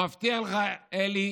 אני מבטיח לך, אלי,